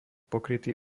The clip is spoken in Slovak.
pokrytý